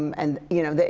and you know,